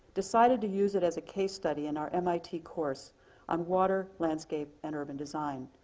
decided to use it as a case study in our mit course on water, landscape, and urban design,